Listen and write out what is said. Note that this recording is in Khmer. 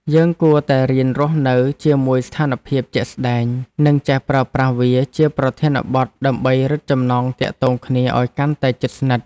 យើងគួរតែរៀនរស់នៅជាមួយស្ថានភាពជាក់ស្តែងនិងចេះប្រើប្រាស់វាជាប្រធានបទដើម្បីរឹតចំណងទាក់ទងគ្នាឱ្យកាន់តែជិតស្និទ្ធ។